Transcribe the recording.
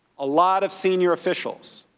ah lot of senior officials.